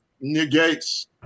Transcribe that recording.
negates